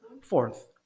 Fourth